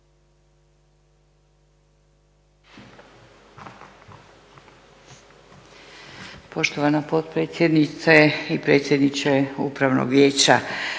Poštovana potpredsjednice i predsjedniče Upravnog vijeća.